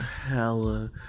hella